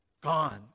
gone